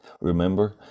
Remember